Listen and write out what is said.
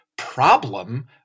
Problem